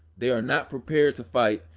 they are not prepared to fight,